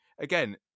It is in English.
again